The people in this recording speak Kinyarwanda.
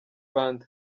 fund